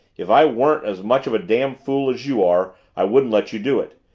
if i weren't as much of a damn fool as you are i wouldn't let you do it.